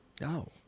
No